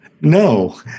No